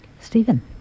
Stephen